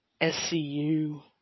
SCU